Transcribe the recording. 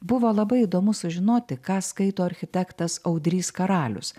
buvo labai įdomu sužinoti ką skaito architektas audrys karalius